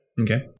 Okay